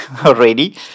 already